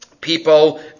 people